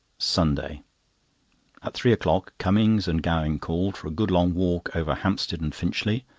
sunday at three o'clock cummings and gowing called for a good long walk over hampstead and finchley,